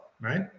right